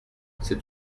c’est